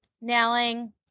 nailing